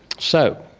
so,